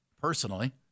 personally